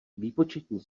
výpočetní